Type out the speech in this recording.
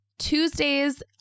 Tuesdays